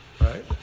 Right